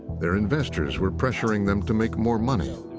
their investors were pressuring them to make more money.